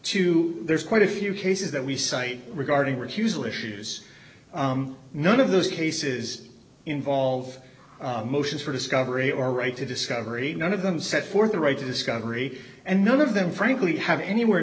to there's quite a few cases that we cite regarding recusal issues none of those cases involve motions for discovery or right to discovery none of them set forth the right to discovery and none of them frankly have anywhere